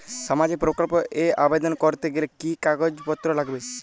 সামাজিক প্রকল্প এ আবেদন করতে গেলে কি কাগজ পত্র লাগবে?